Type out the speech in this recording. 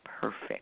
perfect